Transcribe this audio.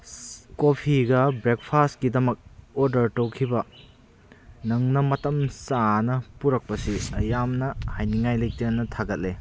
ꯀꯣꯐꯤꯒ ꯕ꯭ꯔꯦꯛꯐꯥꯁꯠꯀꯤꯗꯃꯛ ꯑꯣꯔꯗꯔ ꯇꯧꯈꯤꯕ ꯅꯪꯅ ꯃꯇꯝ ꯆꯥꯅ ꯄꯨꯔꯛꯄꯁꯤ ꯑꯩ ꯌꯥꯝꯅ ꯍꯥꯏꯅꯤꯡꯉꯥꯏ ꯂꯩꯇꯅ ꯊꯥꯒꯠꯂꯦ